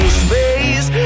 space